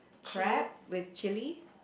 crab with chilli